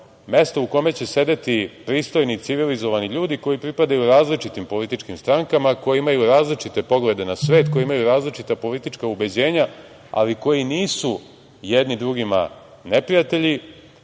mesto u kome će sedeti pristojni, civilizovani ljudi koji pripadaju različitim političkim strankama, koji imaju različite poglede na svet, koji imaj različita politička ubeđenja, ali koji nisu jedni drugima neprijatelji,